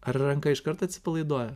ar ranka iškart atsipalaiduoja